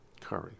Curry